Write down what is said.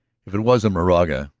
if it wasn't moraga,